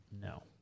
No